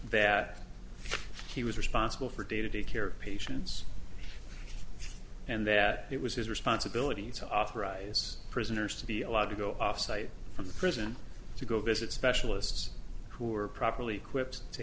that he was responsible for day to day care of patients and that it was his responsibility to authorize prisoners to be allowed to go offsite from the prison to go visit specialists who are properly equipped to